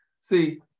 See